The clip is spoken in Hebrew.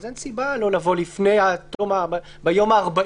אין סיבה לא לבוא לפני כן, ביום ה-40.